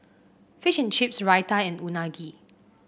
fish and Chips Raita and Unagi